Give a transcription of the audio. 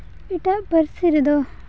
ᱮᱴᱟᱜ ᱯᱟᱹᱨᱥᱤ ᱨᱮᱫᱚ